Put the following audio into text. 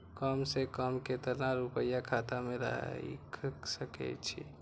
कम से कम केतना रूपया खाता में राइख सके छी?